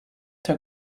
der